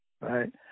right